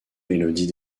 mélodie